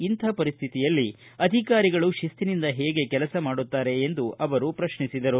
ಇಂಥ ಪರಿಸ್ಥಿತಿಯಲ್ಲಿ ಅಧಿಕಾರಿಗಳು ಶಿಸ್ತಿನಿಂದ ಹೇಗೆ ಕೆಲಸ ಮಾಡುತ್ತಾರೆ ಎಂದು ಪ್ರತ್ನಿಸಿದರು